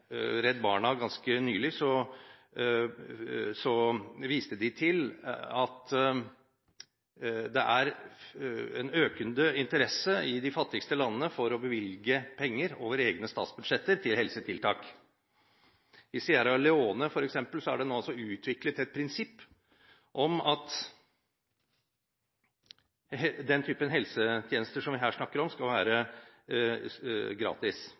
Redd Barna ganske nylig viste de til at det er en økende interesse i de fattigste landene for å bevilge penger over egne statsbudsjetter til helsetiltak. I Sierra Leona, f.eks., er det nå utviklet et prinsipp om at den typen helsetjenester som vi her snakker om, skal være gratis